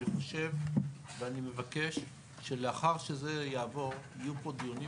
אני חושב ואני מבקש שלאחר שזה יעבור יהיו פה דיונים